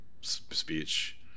speech